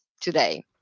today